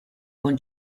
con